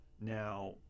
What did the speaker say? now